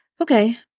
Okay